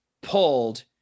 pulled